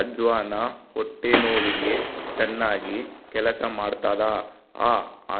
ಅಜ್ವಾನ ಹೊಟ್ಟೆ ನೋವಿಗೆ ಚನ್ನಾಗಿ ಕೆಲಸ ಮಾಡ್ತಾದ